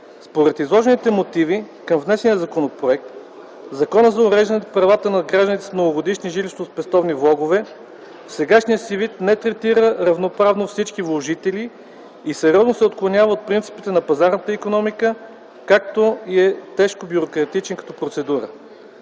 Според изложените мотивите към внесения законопроект, Законът за уреждане правата на граждани с многогодишни жилищноспестовни влогове в сегашния си вид не третира равноправно всички вложители и сериозно се отклонява от принципите на пазарната икономика, както и е тежко бюрократичен като процедура.